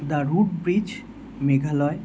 the root bridge Meghalaya